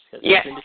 Yes